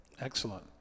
Excellent